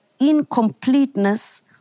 incompleteness